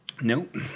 Nope